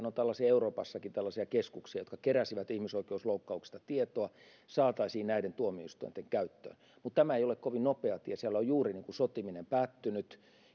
on euroopassakin tällaisia keskuksia jotka keräsivät ihmisoikeusloukkauksista tietoa saataisiin näiden tuomioistuinten käyttöön mutta tämä ei ole kovin nopea tie siellä on juuri sotiminen päättynyt